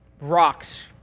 rocks